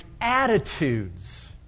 attitudes